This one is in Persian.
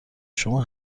شما